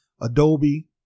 Adobe